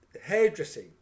hairdressing